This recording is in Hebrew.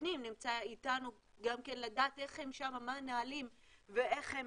פנים שנמצא אתנו לדעת מה הנהלים ואיך הם